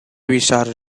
restarted